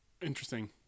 Interesting